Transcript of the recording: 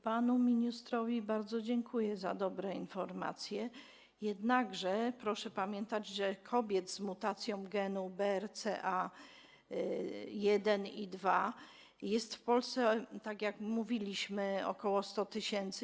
Panu ministrowi bardzo dziękuję za dobre informacje, jednakże proszę pamiętać, że kobiet z mutacją genu BRCA1 i 2 jest w Polsce, tak jak mówiliśmy, ok. 100 tys.